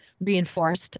reinforced